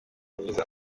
mwiza